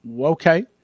Okay